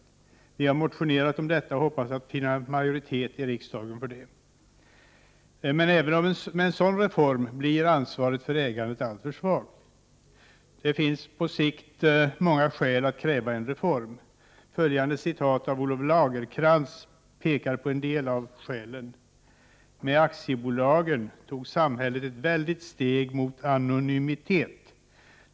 Vi har motionerat om detta och hoppas finna majoritet i riksdagen för det. Men även med en sådan reform blir ansvaret för ägandet alltför svagt. Det finns på sikt många skäl att kräva en reform. Följande citat från Olof Lagercrantz pekar på en del av skälen: ”Med aktiebolaget tog samhällena ett väldigt steg mot anonymiteten.